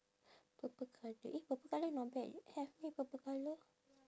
purple colour eh purple colour not bad have meh purple colour